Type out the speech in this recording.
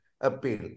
appeal